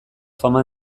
fama